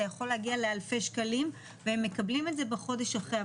זה יכול להגיע לאלפי שקלים והם מקבלים את זה בחודש אחרי.